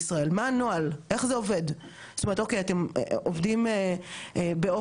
אתם עובדים באופן שיש לכם איזו שהיא מערכת שיכולה להציף לכם דברים,